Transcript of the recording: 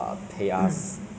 I think